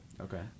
okay